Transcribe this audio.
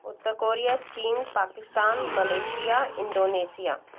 उत्तर Korea चीन Pakistan Malaysia Indonesia